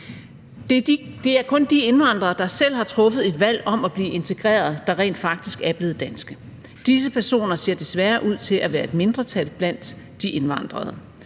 Det er kun de indvandrere, der selv har truffet et valg om at blive integreret, der rent faktisk er blevet danske. Disse personer ser desværre ud til at være et mindretal blandt de indvandrede.